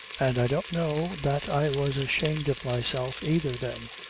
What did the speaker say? and i don't know that i was ashamed of myself either, then.